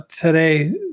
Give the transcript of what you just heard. today